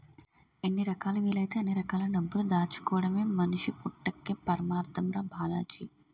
ఎన్ని రకాలా వీలైతే అన్ని రకాల డబ్బులు దాచుకోడమే మనిషి పుట్టక్కి పరమాద్దం రా బాలాజీ